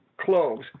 cloves